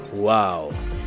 Wow